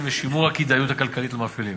ושימור הכדאיות הכלכלית למפעילים.